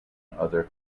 other